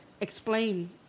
explain